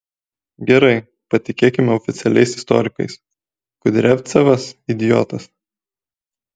gerai patikėkime oficialiais istorikais kudriavcevas idiotas